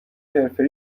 حرفه